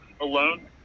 alone